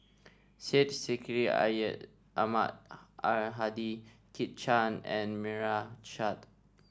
Syed Sheikh Syed Ahmad Al Hadi Kit Chan and Meira Chand